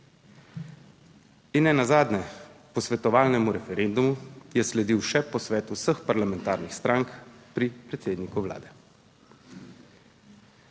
In nenazadnje posvetovalnemu referendumu je sledil še posvet vseh parlamentarnih strank pri predsedniku Vlade.